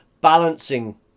balancing